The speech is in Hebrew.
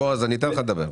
בועז, אתן לך לדבר.